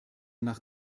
nach